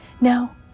Now